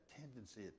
tendency